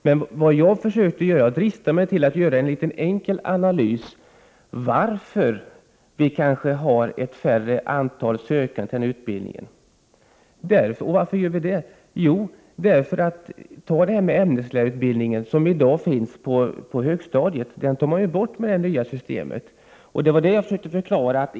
Men vad jag dristade mig till var att göra en enkel analys av varför vi nu kanske har färre sökande till lärarutbildningen. Utbildningen till ämneslärare, som i dag finns på högstadiet, tas bort med det nya systemet.